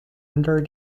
under